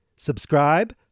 Subscribe